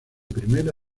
primera